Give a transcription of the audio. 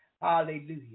hallelujah